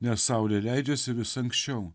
nes saulė leidžiasi vis anksčiau